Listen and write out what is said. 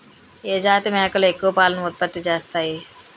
ఏ జాతి మేకలు ఎక్కువ పాలను ఉత్పత్తి చేస్తాయి?